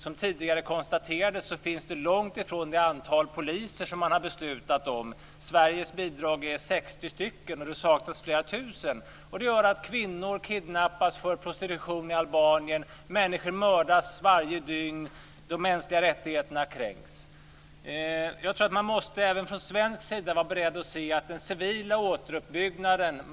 Som tidigare konstaterats finns långt ifrån det antal poliser som man har beslutat om. Sveriges bidrag är 60 poliser men det saknas flera tusen. Det gör att kvinnor kidnappas för prostitution i Albanien. Människor mördas varje dygn. De mänskliga rättigheterna kränks. Jag tror att man även från svensk sida måste vara beredd att se till den civila återuppbyggnaden.